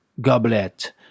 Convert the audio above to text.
goblet